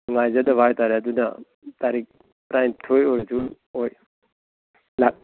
ꯅꯨꯡꯉꯥꯏꯖꯗꯕ ꯍꯥꯏꯇꯥꯔꯦ ꯑꯗꯨꯅ ꯇꯥꯔꯤꯛ ꯇꯔꯥꯅꯤꯊꯣꯏ ꯑꯣꯏꯔꯁꯨ ꯍꯣꯏ